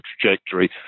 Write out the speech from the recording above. trajectory